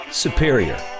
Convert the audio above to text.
superior